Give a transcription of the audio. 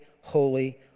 holy